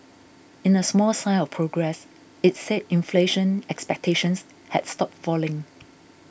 in a small sign of progress it said inflation expectations had stopped falling